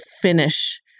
finish